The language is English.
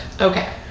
okay